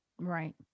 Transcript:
Right